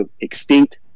extinct